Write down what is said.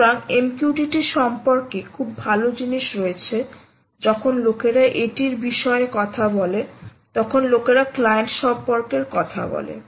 সুতরাং MQTT সম্পর্কে খুব ভাল জিনিস রয়েছে যখন লোকেরা এটির বিষয়ে কথা বলে তখন লোকেরা ক্লায়েন্ট সম্পর্কের কথা বলে